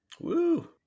Woo